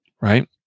right